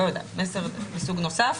מסר מסוג נוסף,